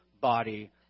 body